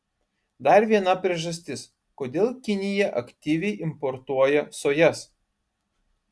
dar viena priežastis kodėl kinija aktyviai importuoja sojas